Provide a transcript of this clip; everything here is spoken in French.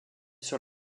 sur